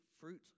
fruit